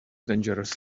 dangerous